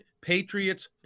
Patriots